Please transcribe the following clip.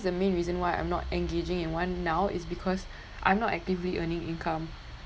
the main reason why I'm not engaging in one now is because I'm not actively earning income